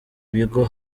bigo